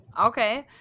Okay